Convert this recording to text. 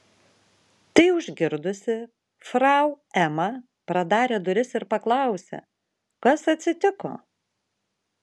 tai užgirdusi frau ema pradarė duris ir paklausė kas atsitiko